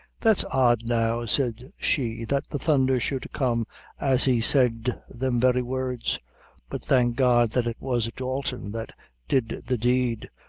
that's odd, now, said she, that the thunder should come as he said them very words but thank god that it was dalton that did the deed,